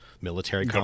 military